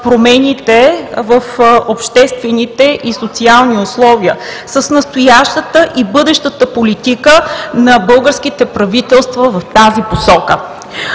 промените в обществените и социалните условия, с настоящата и бъдещата политика на българските правителства в тази посока.